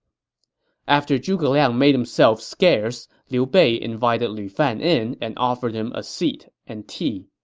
after zhuge liang made himself scarce, liu bei invited lu fan in and offered him a seat and tea.